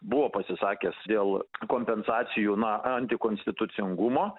buvo pasisakęs dėl kompensacijų na anti konstitucingumo